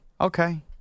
Okay